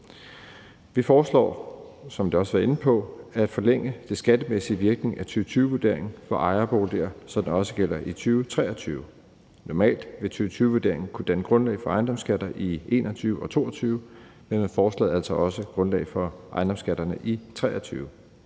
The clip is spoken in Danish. Vi foreslår, som man også har været inde på, at forlænge den skattemæssige virkning af 2020-vurderingen for ejerboliger, så den også gælder i 2023. Normalt vil 2020-vurderingen kunne danne grundlag for ejendomsskatter i 2021 og 2022, men med forslaget altså også grundlag for ejendomsskatterne i 2023.